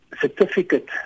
certificate